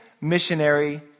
missionary